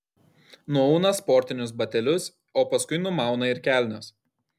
nuauna sportinius batelius o paskui numauna ir kelnes